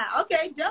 Okay